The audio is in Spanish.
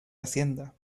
hacienda